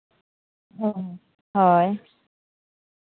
ᱦᱮᱸ ᱦᱳᱭ